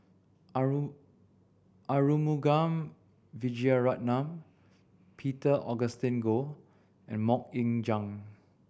Arumugam Vijiaratnam Peter Augustine Goh and Mok Ying Jang